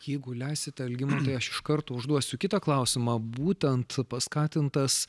jeigu leisite algimantai aš iš karto užduosiu kitą klausimą būtent paskatintas